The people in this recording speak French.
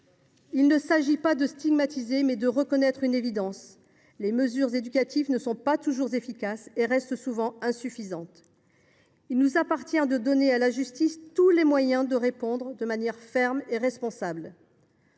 Il s’agit non pas de stigmatiser, mais de reconnaître une évidence : les mesures éducatives ne sont pas toujours efficaces et restent souvent insuffisantes. Il nous appartient de donner à la justice tous les moyens de répondre de manière ferme et responsable.